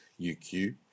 UQ